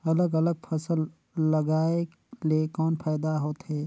अलग अलग फसल लगाय ले कौन फायदा होथे?